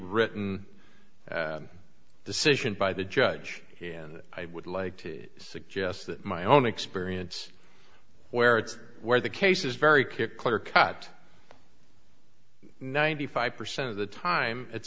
written decision by the judge and i would like to suggest that my own experience where it's where the case is very kept clear cut ninety five percent of the time it's